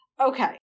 Okay